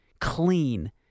clean